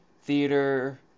theater